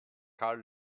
karl